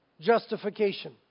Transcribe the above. justification